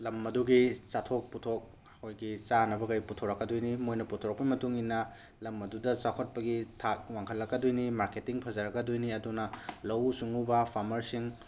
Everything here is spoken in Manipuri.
ꯂꯝ ꯑꯗꯨꯒꯤ ꯆꯥꯊꯣꯛ ꯄꯨꯊꯣꯛ ꯑꯩꯈꯣꯏꯒꯤ ꯆꯥꯅꯕ ꯀꯩ ꯄꯨꯊꯣꯔꯛꯀꯗꯣꯏꯅꯤ ꯃꯣꯏꯅ ꯄꯨꯊꯣꯔꯛꯄꯒꯤ ꯃꯇꯨꯡ ꯏꯟꯅ ꯂꯝ ꯑꯗꯨꯗ ꯆꯥꯎꯈꯠꯄꯒꯤ ꯊꯥꯛ ꯋꯥꯡꯈꯠꯂꯛꯀꯗꯣꯏꯅꯤ ꯃꯥꯔꯀꯦꯠꯇꯤꯡ ꯐꯖꯔꯛꯀꯗꯣꯏꯅꯤ ꯑꯗꯨꯅ ꯂꯧꯎ ꯁꯤꯡꯎꯕ ꯐꯥꯔꯃ꯭ꯔꯁꯤꯡ